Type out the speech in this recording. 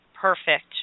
perfect